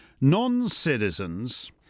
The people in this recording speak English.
Non-citizens